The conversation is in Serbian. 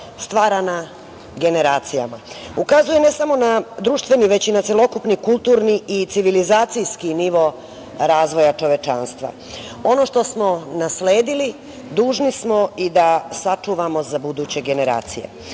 stvarana generacijama. Ukazuje ne samo na društveni već i na celokupni kulturni i civilizacijski nivo razvoja čovečanstva. Ono što smo nasledili dužni smo i da sačuvamo za buduće generacije.